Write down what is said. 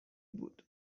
بود